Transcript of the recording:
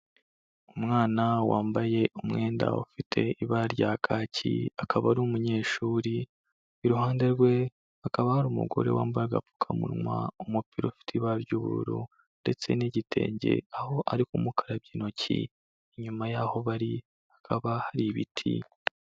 Umwana wambaye umwenda ufite ibara rya kaki, akaba ari umunyeshuri, iruhande rwe hakaba hari umugore wambaye agapfukamunwa, umupira ufite ibara ry'ubururu, ndetse n'igitenge, aho ari kumukarabya intoki, inyuma y'aho bari hakaba hari ibiti.